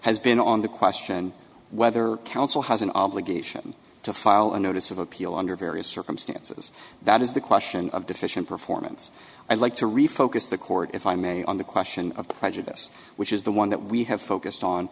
has been on the question whether counsel has an obligation to file a notice of appeal under various circumstances that is the question of deficient performance i'd like to refocus the court if i may on the question of prejudice which is the one that we have focused on